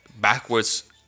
backwards